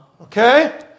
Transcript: Okay